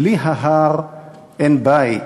בלי ההר אין בית,